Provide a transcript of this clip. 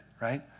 right